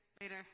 later